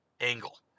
angle